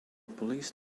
police